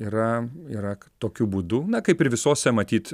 yra yra tokiu būdu na kaip ir visose matyt